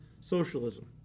socialism